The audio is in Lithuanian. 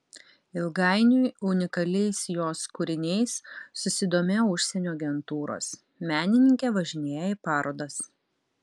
ilgainiui unikaliais jos kūriniais susidomėjo užsienio agentūros menininkė važinėja į parodas